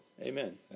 Amen